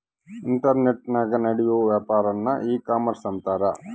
ಇಂಟರ್ನೆಟನಾಗ ನಡಿಯೋ ವ್ಯಾಪಾರನ್ನ ಈ ಕಾಮರ್ಷ ಅಂತಾರ